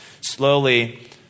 Slowly